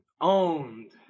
owned